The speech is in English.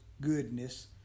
goodness